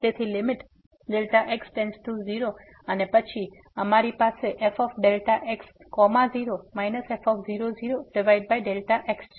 તેથી limit x→0 અને પછી અમારી પાસે fx0 f00x છે